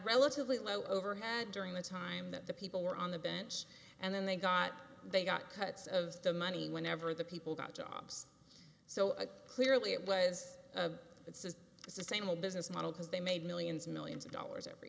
relatively low overhead during the time that the people were on the bench and then they got they got cuts of the money whenever the people got jobs so clearly it was a it's is sustainable business model because they made millions millions of dollars every